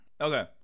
Okay